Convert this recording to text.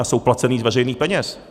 A jsou placeny z veřejných peněz.